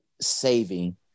saving